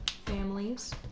families